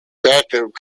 backup